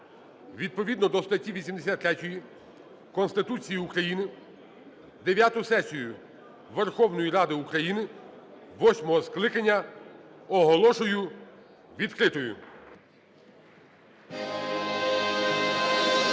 відповідно до статті 83 Конституції України десяту сесію Верховної Ради України восьмого скликання оголошую відкритою.